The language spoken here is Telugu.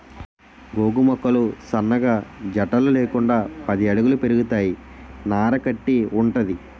గోగు మొక్కలు సన్నగా జట్టలు లేకుండా పది అడుగుల పెరుగుతాయి నార కట్టి వుంటది